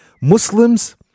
Muslims